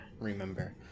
remember